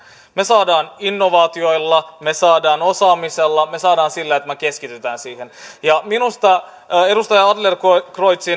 me saamme innovaatioilla me saamme osaamisella me saamme sillä että me keskitymme siihen minusta edustaja adlercreutzin